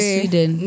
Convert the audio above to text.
Sweden